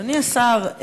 אדוני השר,